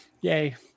Yay